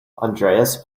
andreas